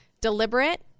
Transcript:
deliberate